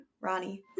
ronnie